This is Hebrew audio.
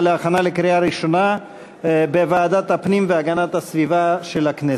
להכנה לקריאה ראשונה בוועדת הפנים והגנת הסביבה של הכנסת.